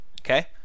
Okay